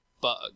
bug